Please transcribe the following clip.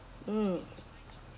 mm